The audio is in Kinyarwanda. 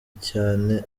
cyane